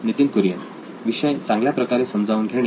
नितीन कुरियन विषय चांगल्या प्रकारे समजावून घेणे